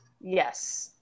yes